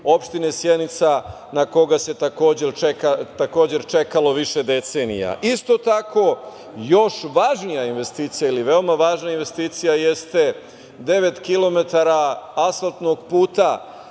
opštine Sjenica na koga se takođe čekalo više decenija. Isto tako još važnija investicija ili veoma važna investicija jeste devet kilometara asfaltnog puta